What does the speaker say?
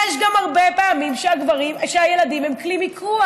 הרבה פעמים הילדים הם כלי מיקוח,